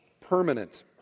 permanent